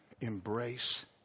embrace